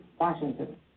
Washington